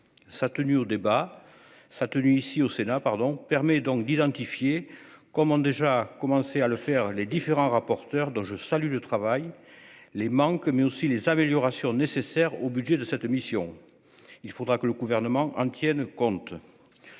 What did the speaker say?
ça tenue ici au Sénat, pardon permet donc d'identifier comme ont déjà commencé à le faire, les différents rapporteurs, dont je salue le travail les manques, mais aussi les améliorations nécessaires au budget de cette mission, il faudra que le gouvernement en tienne compte,